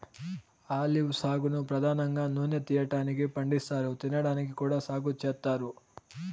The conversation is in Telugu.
ఆలివ్ సాగును పధానంగా నూనె తీయటానికి పండిస్తారు, తినడానికి కూడా సాగు చేత్తారు